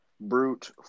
brute